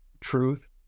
truth